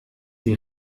die